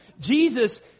Jesus